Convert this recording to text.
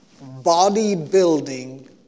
body-building